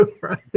right